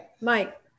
Mike